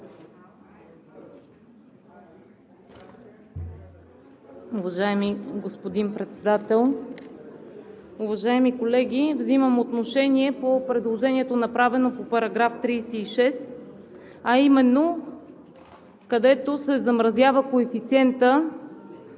Уважаеми господин Председател, уважаеми колеги! Взимам отношение по предложението, направено по § 36, а именно където се замразява коефициентът,